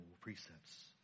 precepts